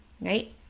right